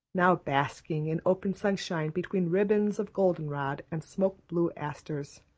now basking in open sunshine between ribbons of golden-rod and smoke-blue asters